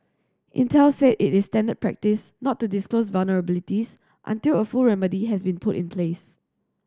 Intel said it is standard practice not to disclose vulnerabilities until a full remedy has been put in place